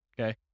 okay